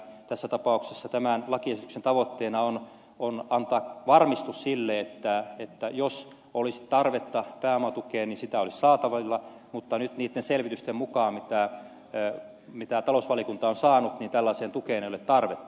tässä tapauksessa tämän lakiesityksen tavoitteena on antaa varmistus sille että jos olisi tarvetta pääomatukeen niin sitä olisi saatavilla mutta nyt niitten selvitysten mukaan mitä talousvaliokunta on saanut tällaiseen tukeen ei ole tarvetta